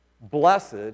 Blessed